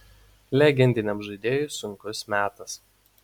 legendiniam žaidėjui sunkus metas